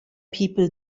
people